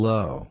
Low